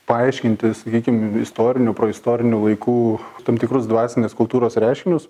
paaiškinti sakykim istorinių proistorinių laikų tam tikrus dvasinės kultūros reiškinius